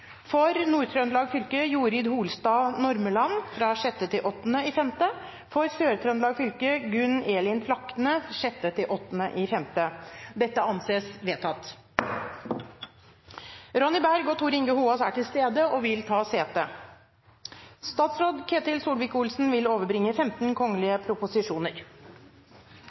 For Nord-Trøndelag fylke: Jorid Holstad Nordmelan 6.–8. mai For Sør-Trøndelag fylke: Gunn Elin Flakne 6.–8. mai Ronny Berg og Tor Inge Hoaas er til stede og vil ta sete. Representanten Magne Rommetveit vil